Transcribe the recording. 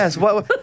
yes